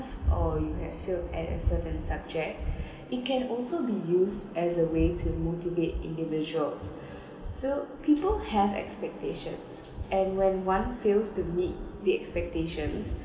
or you have failed at a certain subject it can also be used as a way to motivate individuals so people have expectations and when one fails to meet the expectations